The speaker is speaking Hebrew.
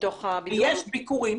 יש ביקורים.